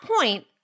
point